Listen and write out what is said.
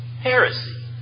heresy